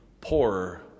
poorer